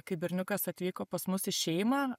kai berniukas atvyko pas mus į šeimą